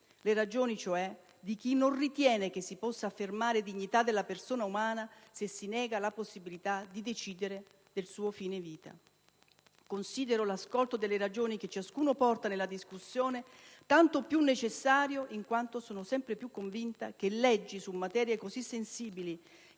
le ragioni cioè di chi non ritiene che si possa affermare la dignità della persona umana se le si nega la possibilità di decidere del suo fine vita. Considero l'ascolto delle ragioni che ciascuno porta nella discussione tanto più necessario, in quanto sono sempre più convinta che leggi su materie così sensibili,